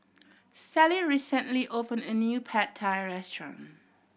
Sallie recently opened a new Pad Thai Restaurant